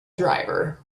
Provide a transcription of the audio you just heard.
driver